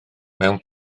mewn